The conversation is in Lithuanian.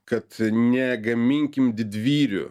kad negaminkim didvyrių